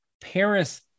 Paris